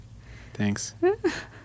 Thanks